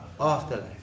afterlife